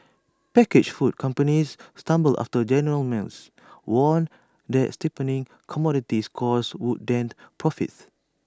packaged food companies stumbled after general mills warned that steepening commodities costs would dent profits